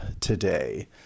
today